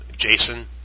Jason